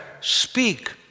speak